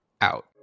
out